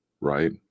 right